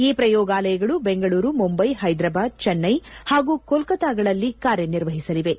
ಈ ಪ್ರಯೋಗಾಲಯಗಳು ಬೆಂಗಳೂರು ಮುಂದ್ವೆ ಹೈದ್ರಾಬಾದ್ ಚೆನ್ಟೈ ಹಾಗೂ ಕೊಲ್ತಾಗಳಲ್ಲಿ ಕಾರ್ಯನಿರ್ವಹಿಸಲಿವೆ